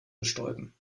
bestäuben